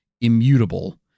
immutable